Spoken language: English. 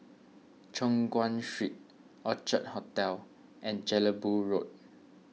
Choon Guan Street Orchard Hotel and Jelebu Road